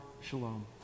shalom